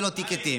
טיבי,